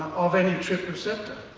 of any trp receptor.